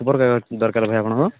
ଖବରକାଗଜ ଦରକାର ଭାଇ ଆପଣଙ୍କ